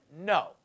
No